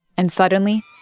and suddenly.